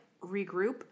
regroup